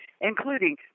including